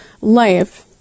life